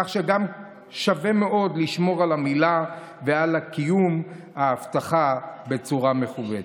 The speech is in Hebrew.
כך שגם שווה מאוד לשמור על המילה ועל קיום ההבטחה בצורה מכובדת.